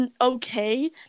okay